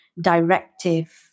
directive